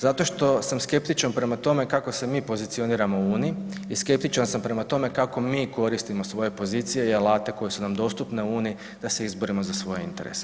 Zato što sam skeptičan prema tome kako se mi pozicioniramo u Uniji i skeptičan sam prema tome kako mi koristimo svoje pozicije i alate koji su nam dostupne u Uniji da se izborimo za svoje interese.